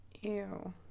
Ew